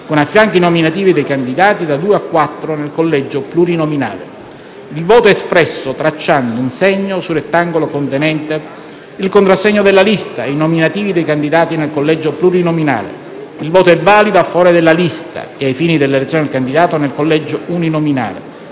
con a fianco i nominativi dei candidati - da due a quattro - nel collegio plurinominale. Il voto è espresso tracciando un segno sul rettangolo contenente il contrassegno della lista e i nominativi dei candidati nel collegio plurinominale. Il voto è valido a favore della lista e ai fini dell'elezione del candidato nel collegio uninominale.